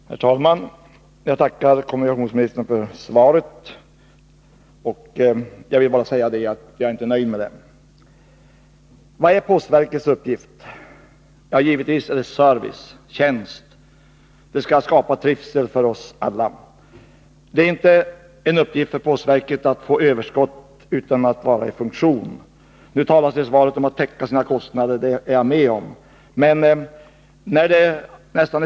Herr talman! Jag tackar kommunikationsministern för svaret på min fråga. Jag vill bara säga att jag inte är nöjd med det. Vad är postverkets uppgift? Det är givetvis att ge service, att genom de tjänster man utför skapa trivsel för oss Nr 32 alla. Det är däremot inte en uppgift för postverket att få överskott utan att Tisdagen den fullgöra sina uppgifter. 23 november 1982 Det talades i svaret om att postverket skall täcka sina kostnader, och det håller jag med om.